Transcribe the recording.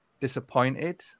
disappointed